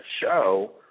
show